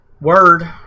Word